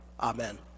Amen